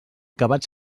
acabat